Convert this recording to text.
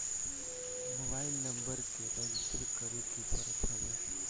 mobile number के register करे के पड़त हवे